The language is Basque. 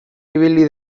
ibili